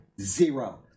Zero